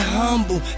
humble